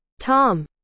Tom